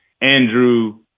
Andrew